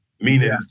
meaning